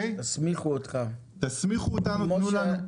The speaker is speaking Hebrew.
תסמיכו אותנו לתת להם פטור.